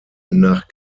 nach